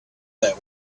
that